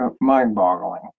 mind-boggling